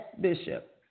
Bishop